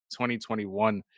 2021